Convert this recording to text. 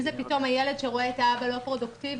אם זה פתאום הילד שרואה את האבא לא פרודוקטיבי,